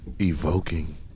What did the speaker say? evoking